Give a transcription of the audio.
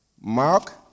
Mark